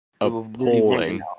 appalling